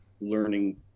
learning